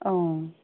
অঁ